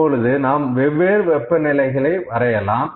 இப்பொழுது நாம் வெவ்வேறு வெப்ப நிலைகளை வரையலாம்